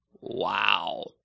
wow